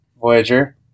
Voyager